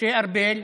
משה ארבל,